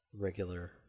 regular